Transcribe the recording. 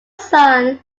son